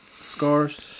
scores